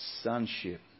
sonship